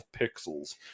pixels